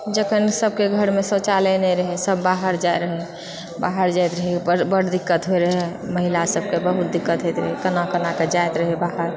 जखन सबके घरमे शौचालय नै रहै सब बाहर जाइ रहै बाहर जाइत रहै बड़ बड्ड दिक्कत होइ रहै महिला सबकऽ बहुत दिक्कत होइत रहै कना कनाकऽ जाइत रहै बाहर